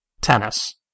Tennis